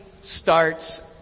starts